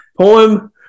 Poem